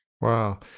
Wow